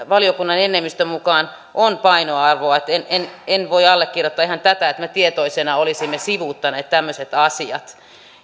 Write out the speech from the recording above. valiokunnan enemmistön mukaan on painoarvoa että en en voi allekirjoittaa ihan tätä että me tietoisina olisimme sivuuttaneet tämmöiset asiat